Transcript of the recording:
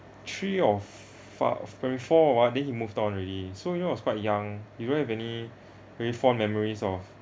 three of fa~ maybe four or what then he moved on already so I was quite young you don't have any very fond memories of